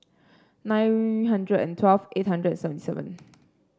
nine hundred and twelve eight hundred and seventy seven